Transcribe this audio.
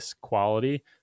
quality